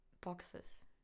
Boxes